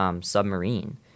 Submarine